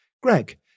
Greg